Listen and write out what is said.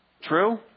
True